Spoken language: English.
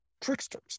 tricksters